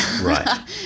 Right